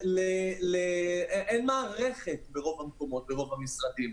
אין מערכת ברוב המקומות, ברוב המשרדים.